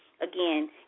again